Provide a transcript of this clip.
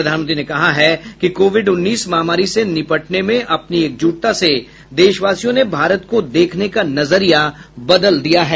प्रधानमंत्री ने कहा है कि कोविड उन्नीस महामारी से निपटने में अपनी एकजुटता से देशवासियों ने भारत को देखने का नजरिया बदल दिया है